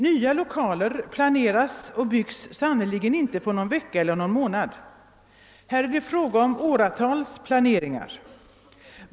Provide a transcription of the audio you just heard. Nya lokaler planeras och byggs sannerligen inte på någon vecka eller någon månad. Här är det fråga om åratals planeringar.